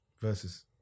Versus